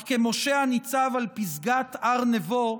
אך כמשה הניצב על פסגת הר נבו,